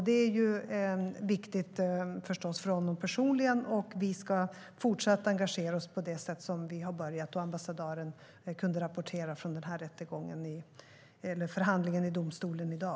Det är förstås viktigt för honom personligen, och vi ska fortsatt engagera oss så som vi har börjat och som ambassadören kunde rapportera från förhandlingen i domstolen i dag.